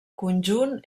conjunt